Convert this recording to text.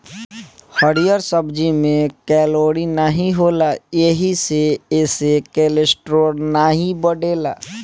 हरिहर सब्जी में कैलोरी नाही होला एही से एसे कोलेस्ट्राल नाई बढ़ेला